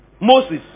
Moses